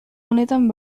honetan